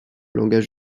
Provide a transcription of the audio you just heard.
langage